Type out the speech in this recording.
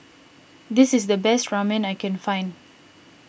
this is the best Ramen I can find